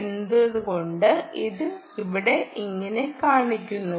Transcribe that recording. എന്തുകൊണ്ടാണ് ഇത് ഇവിടെ ഇങ്ങനെ കാണിക്കുന്നത്